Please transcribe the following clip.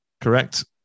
Correct